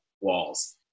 walls